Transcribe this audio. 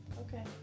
okay